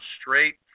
straight